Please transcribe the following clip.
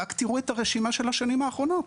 רק תראו את הרשימה של השנים האחרונות.